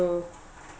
oh no